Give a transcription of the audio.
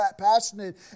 passionate